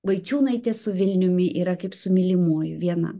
vaičiūnaitė su vilniumi yra kaip su mylimuoju viena